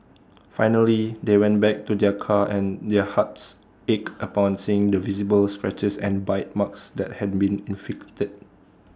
finally they went back to their car and their hearts ached upon seeing the visible scratches and bite marks that had been inflicted